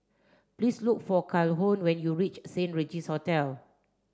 please look for Calhoun when you reach Saint Regis Hotel